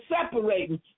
separating